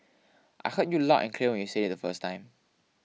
I heard you loud and clear when you said it the first time